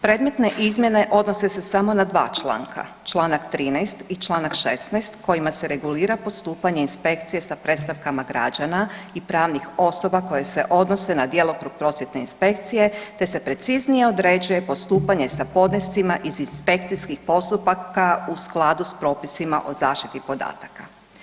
Predmetne izmjene odnose se samo na dva članka, čl. 13. i čl. 16. kojima se regulira postupanje inspekcije sa predstavkama građana i pravnih osoba koje se odnose na djelokrug prosvjetne inspekcije, te se preciznije određuje postupanje sa podnescima iz inspekcijskih postupaka u skladu s propisima o zaštiti podataka.